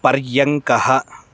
पर्यङ्कः